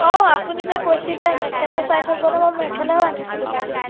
অঁ আপুনি যে কৈছিলে মেখেলা চাই থ'বলৈ মই মেখেলাও আনিছিলোঁ কালি